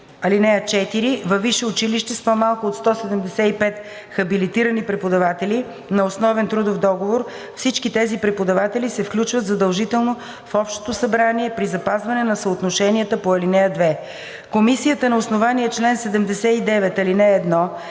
ал. 4: „(4) Във висше училище с по-малко от 175 хабилитирани преподаватели на основен трудов договор всички тези преподаватели се включват задължително в Общото събрание при запазване на съотношенията по ал. 2.“ Комисията на основание чл. 79, ал. 1,